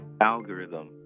algorithm